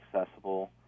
accessible